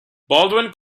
baldwin